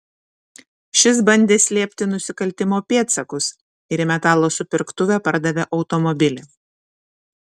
šis bandė slėpti nusikaltimo pėdsakus ir į metalo supirktuvę pardavė automobilį